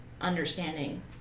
understanding